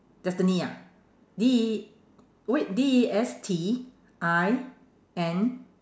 destiny ah D E wait D E S T I N